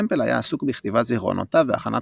טמפל היה עסוק בכתיבת זכרונותיו והכנת